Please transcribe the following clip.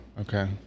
Okay